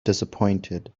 disappointed